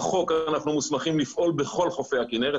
בחוק אנחנו מוסמכים לפעול בכל חופי הכנרת,